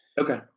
Okay